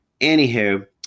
Anywho